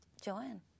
Joanne